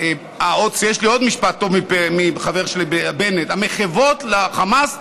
יש לי עוד משפט טוב מהחבר של בנט: המחוות לחמאס,